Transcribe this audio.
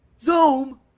Zoom